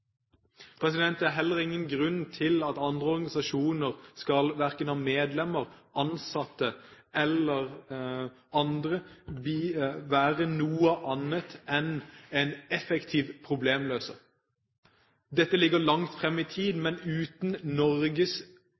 Det er heller ingen grunn til at andre organisasjoner skal verken ha medlemmer og ansatte eller være noe annet enn effektive problemløsere. Dette ligger langt fram i tid, men uten Norges